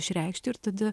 išreikšti ir tada